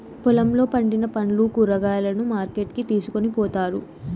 పొలంలో పండిన పండ్లు, కూరగాయలను మార్కెట్ కి తీసుకొని పోతారు